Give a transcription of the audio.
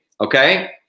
Okay